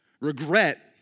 Regret